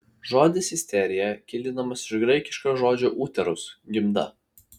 žodis isterija kildinamas iš graikiško žodžio uterus gimda